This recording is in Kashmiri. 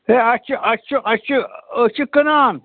ہے اَسہِ چھُ اَسہِ چھُ اَسہِ چھُ أسۍ چھِ کٕنان